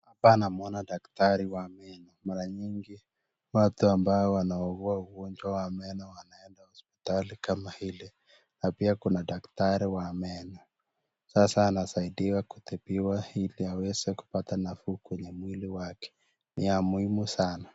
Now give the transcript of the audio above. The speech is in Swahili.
Hapa namwona daktari wa meno. Mara nyingi wote ambao wanugua ugonjwa wa meno wanaenda hospitali kama hili na pia kuna daktari wa meno, sasa anasaidiwa kutibiwa ili aweze kupata nafuu kwenye mwili wake. Ni ya muhimu sana.